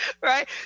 right